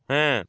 হ্যাঁ